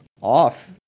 off